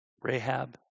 Rahab